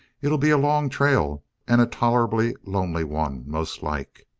it'll be a long trail and a tolerable lonely one, most like.